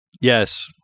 Yes